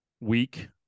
week